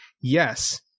yes